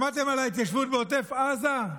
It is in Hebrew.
שמעתם על ההתיישבות בעוטף עזה?